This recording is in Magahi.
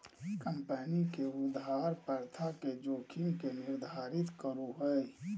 कम्पनी के उधार प्रथा के जोखिम के निर्धारित करो हइ